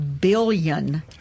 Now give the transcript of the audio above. billion